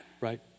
right